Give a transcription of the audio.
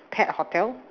pet hotel